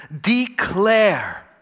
declare